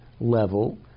level